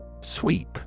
Sweep